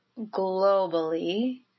globally